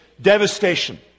Devastation